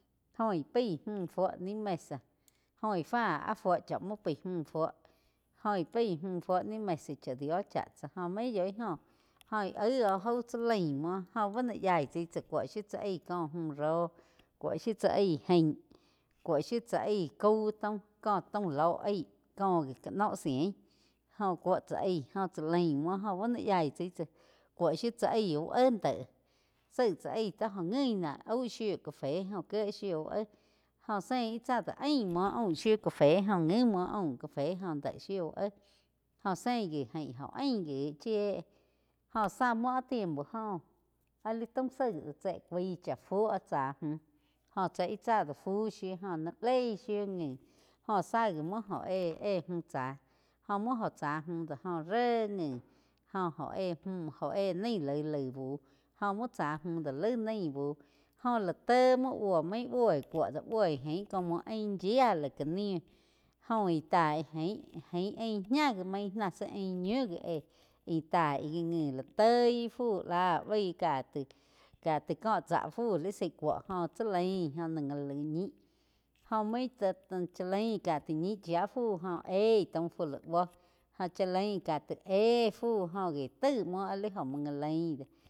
Jóh íh pai mú fuo ni mesa óh gie fá áh fuo chá mú ái múh fuo jóh íh pai múh fuo ni mesa chá dio cháh tsá main yoih óh, óh íh aig óh jau tsá laim múo ju buo o yaí tsái tsá cuo shiu tsá aig kó mju ró cúo shiu tsá aíg aín, cúo shiu tá aíg kaú taum, có taum ló aig joh gi ká noh cien jóh cúo tsá aig óh tsá lain muo jó buo no yaí tsai tsá cúo shpiu tsá aig úh éh deh, zaig tsá aig ti jo guin ná aú shiu café jóh kíe shiu úh éh jo zein íh tsáa do aim múo aum shiu café jóh ngui múo aum café óh déh shiu úh éh jó sein gi jain óh ain gí chíe jóh zá muo áh tiempo joh áh li taum zaig do chaig cúaig cha fuo tsá múh joh tsái íh tsá do fu shiu ni leig shiu ngi jo zá gi muo óh éh-éh. Múh tsá jó muo oh tsá múh do jo ré ngui jó óh éh nai laig, laig bú jó muo tsá múh do laih naí búh jóh lá te muo búo máin bui cuo do boi gain como ain yía lá ká ni jó íh taig ain ain ñáh gi main náh zi ain ñiu gi éh íh taig íh ngui la toi fu lá baí ka ti, ka ti có tsá fu li zaí cuo jo tsá lain jo ná laig ñi óh maig chá lain ká ti ñih chía fu jó eig taum fu laig buó joh chá lain ka ti éh fu óh gi taig muo áh li go muo gá lain.